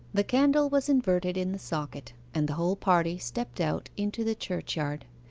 the candle was inverted in the socket, and the whole party stepped out into the churchyard.